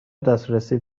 دسترسی